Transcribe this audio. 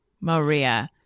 Maria